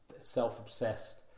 self-obsessed